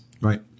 Right